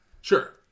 sure